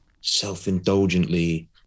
self-indulgently